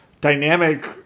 dynamic